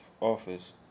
office